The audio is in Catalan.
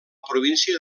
província